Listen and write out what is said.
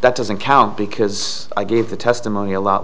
that doesn't count because i gave the testimony a lot